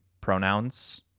pronouns